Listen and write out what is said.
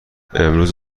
امروز